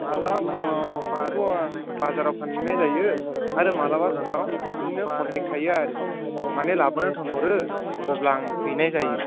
माब्लाबा समाव बेखौ आं बाजाराव फानहैनाय जायो आरो माब्लाबा समाव बिदिनो कन्टेक थायो आरो माने लाबोनो थिनहरो अब्ला आं हैनाय जायो